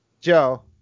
Joe